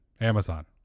Amazon